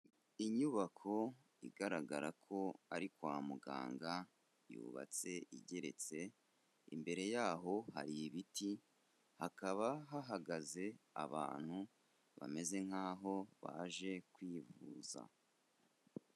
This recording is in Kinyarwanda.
Inyubako igaragara ko ari kwa muganga yubatse igeretse, imbere yaho hari ibiti, hakaba hahagaze abantu bameze nk'aho baje kwivuza.